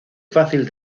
fácil